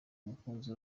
mukunzi